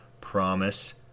promise